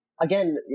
again